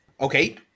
Okay